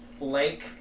Lake